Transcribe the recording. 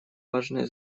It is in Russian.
важное